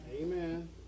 Amen